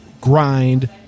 grind